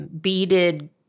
beaded